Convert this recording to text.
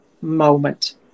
moment